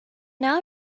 now